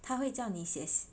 他会叫你写信